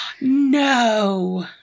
No